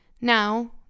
Now